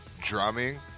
drumming